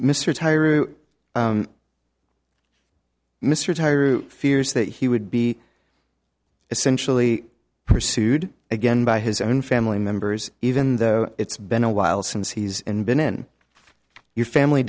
tire mr tire who fears that he would be essentially pursued again by his own family members even though it's been a while since he's been in your family